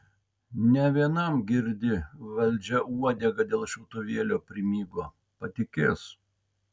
ne vienam girdi valdžia uodegą dėl šautuvėlio primygo patikės